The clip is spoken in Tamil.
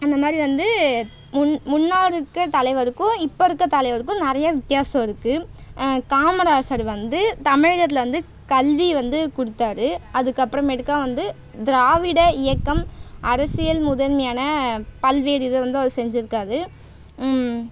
அந்தமாதிரி வந்து முன் முன்னாடி இருக்கிற தலைவருக்கும் இப்போ இருக்க தலைவருக்கும் நிறையா வித்தியாசம் இருக்குது காமராசர் வந்து தமிழகத்தில் வந்து கல்வி வந்து கொடுத்தாரு அதுக்கப்புறமேட்டுக்கா வந்து திராவிட இயக்கம் அரசியல் முதன்மையான பல்வேறு இதை வந்து அவர் செஞ்சிருக்கார்